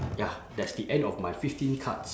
ya that's the end of my fifteen cards